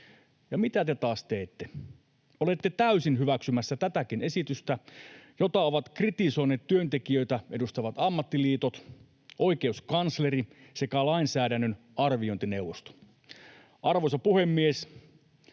Ja mitä te taas teette? Olette täysin hyväksymässä tätäkin esitystä, jota ovat kritisoineet työntekijöitä edustavat ammattiliitot, oikeuskansleri sekä lainsäädännön arviointineuvosto. Arvoisa puhemies!